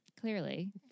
Clearly